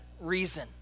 reason